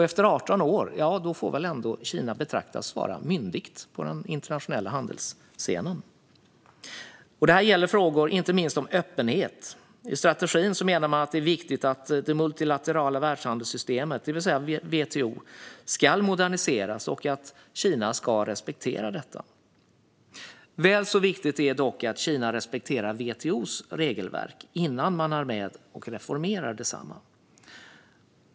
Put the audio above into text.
Efter 18 år får väl Kina ändå betraktas vara myndigt på den internationella handelsscenen. Det här gäller inte minst frågor om öppenhet. I strategin menar man att det är viktigt att det multilaterala världshandelssystemet, det vill säga WTO, moderniseras och att Kina ska respektera detta. Väl så viktigt är dock att Kina respekterar WTO:s regelverk innan man är med och reformerar detsamma.